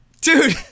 Dude